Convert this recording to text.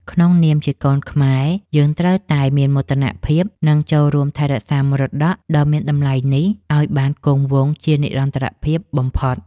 ក្នុងនាមជាកូនខ្មែរ យើងត្រូវតែមានមោទនភាព និង ចូលរួមថែរក្សាមរតកដ៏មានតម្លៃនេះឱ្យបានគង់វង្សជានិរន្តរភាពបំផុត។